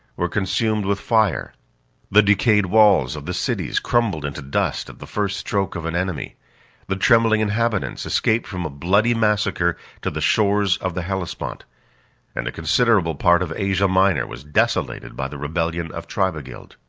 were consumed with fire the decayed walls of the cities crumbled into dust, at the first stroke of an enemy the trembling inhabitants escaped from a bloody massacre to the shores of the hellespont and a considerable part of asia minor was desolated by the rebellion of tribigild.